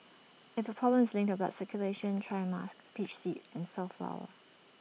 if your problem is linked to blood circulation try musk peach seed and safflower